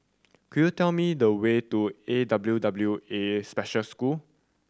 could you tell me the way to A W W A Special School